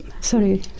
Sorry